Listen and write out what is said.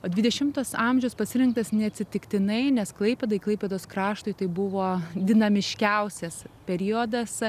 o dvidešimtas amžius pasirinktas neatsitiktinai nes klaipėdai klaipėdos kraštui tai buvo dinamiškiausias periodas